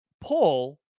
pull